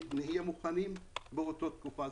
נהיה מוכנים לאותה תקופה,